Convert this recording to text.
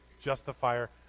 justifier